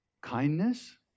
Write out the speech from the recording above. kindness